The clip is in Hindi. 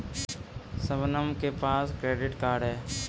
शबनम के पास क्रेडिट कार्ड है